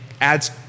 adds